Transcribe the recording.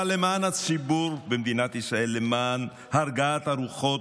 אבל למען הציבור במדינת ישראל, למען הרגעת הרוחות,